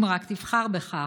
אם רק תבחר בכך.